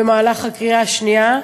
בקריאה השנייה,